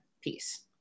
piece